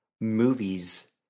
movies